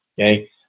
okay